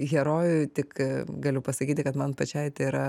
herojų tik galiu pasakyti kad man pačiai tai yra